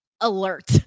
Alert